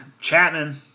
Chapman